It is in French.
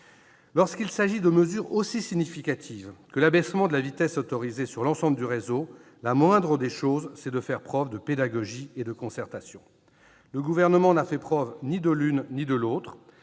Lorsqu'il s'agit de mesures aussi significatives que l'abaissement de la vitesse autorisée sur l'ensemble du réseau, la moindre des choses est de faire preuve de pédagogie et de concertation. Le Gouvernement n'a fait preuve ni de l'une ni de l'autre.